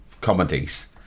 comedies